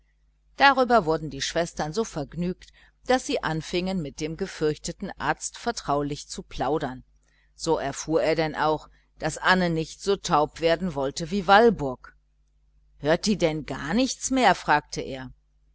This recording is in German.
darüber wurden die schwestern so vergnügt daß sie anfingen mit dem gefürchteten arzt ganz vertraulich zu plaudern so erfuhr er denn auch daß anne nicht so taub werden wollte wie walburg hört die denn gar nichts mehr fragte er